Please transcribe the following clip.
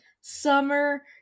summer